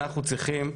אנחנו צריכים,